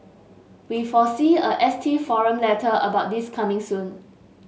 we foresee a ST forum letter about this coming soon